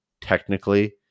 technically